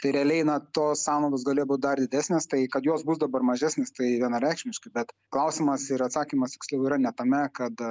tai realiai na tos sąnaudos galėjo būt dar didesnės tai kad jos bus dabar mažesnės tai vienareikšmiškai bet klausimas ir atsakymas tiksliau yra ne tame kad